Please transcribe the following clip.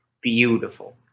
Beautiful